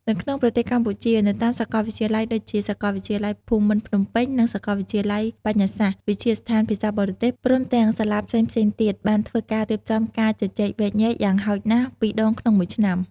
នៅក្នុងប្រទេសកម្ពុជា នៅតាមសាកលវិទ្យាល័យដូចជា សាកលវិទ្យាល័យភូមិន្ទភ្នំពេញ និងសាកលវិទ្យាល័យបញ្ញាសាស្ត្រ វិទ្យាស្ថានភាសាបរទេស ព្រមទាំងសាលាផ្សេងៗទៀត បានធ្វើការរៀបចំការជជែកវែកញែកយ៉ាងហោចណាស់២ដងក្នុងមួយឆ្នាំ។